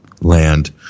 Land